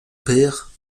père